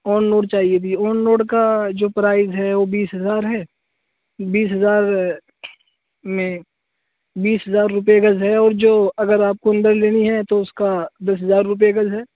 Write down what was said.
آن road چاہیے بھی on road کا جو پرائس ہے وہ بیس ہزار ہے بیس ہزار میں بیس ہزار روپے گز ہے اور جو اگر آپ کو اندر لینی ہے تو اس کا دس ہزار روپے گز ہے